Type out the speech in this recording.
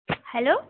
hello